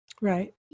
right